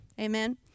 Amen